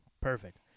Perfect